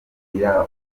bigira